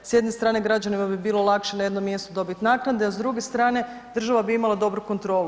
S jedne strane građanima bi bilo lakše na jednom mjestu dobit naknade, a s druge strane država bi imala dobru kontrolu.